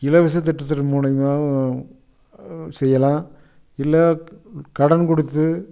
இலவச திட்டத்தின் மூலயமாவும் செய்யலாம் இல்லை கடன் கொடுத்து